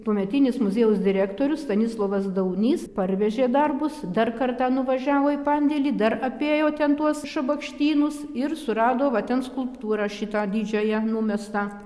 tuometinis muziejaus direktorius stanislovas daunys parvežė darbus dar kartą nuvažiavo į pandėlį dar apėjo ten tuos šabakštynus ir surado va ten skulptūrą šitą didžiąją numestą